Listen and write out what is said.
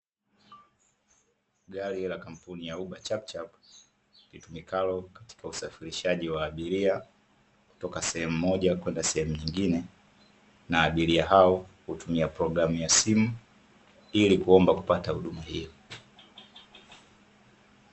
Gari la kampuni ya uber chapchap, litumikalo katika usafirishaji wa abiria kutoka sehemu moja kwenda sehemu nyingine, na abiria hao hutumia programu ya simu ili kuomba kupata huduma iyo.